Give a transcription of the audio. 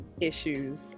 issues